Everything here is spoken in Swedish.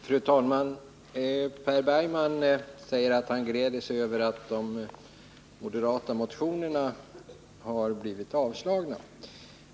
Fru talman! Per Bergman säger att han gläder sig över att de moderata motionerna har blivit avstyrkta.